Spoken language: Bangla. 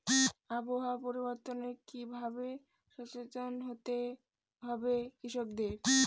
আবহাওয়া পরিবর্তনের কি ভাবে সচেতন হতে হবে কৃষকদের?